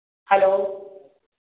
hello